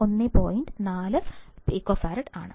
4 picofarad ആണ്